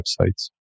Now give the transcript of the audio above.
websites